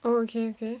oh okay okay